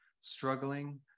struggling